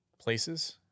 places